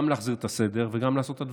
להחזיר את הסדר וגם לעשות את הדברים.